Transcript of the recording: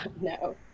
no